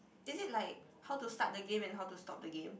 is it like how to start the game and how to stop the game